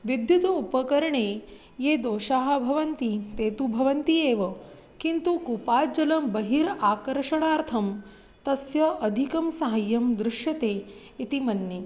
विद्युत् उपकरणे ये दोषाः भवन्ति ते तु भवन्ति एव किन्तु कुपात् जलं बहिः आकर्षणार्थं तस्य अधिकं सहाय्यं दृश्यते इति मन्ये